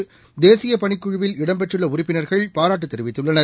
தமிமகத்தில் கேசிய பணிக்குழுவில் இடம்பெற்றுள்ள உறுப்பினர்கள் பாராட்டு தெரிவித்துள்ளனர்